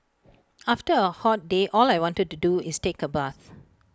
after A hot day all I want to do is take A bath